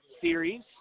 series